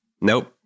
Nope